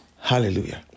Hallelujah